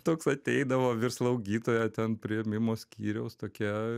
toks ateidavo vyr slaugytoja ten priėmimo skyriaus tokia